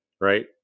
right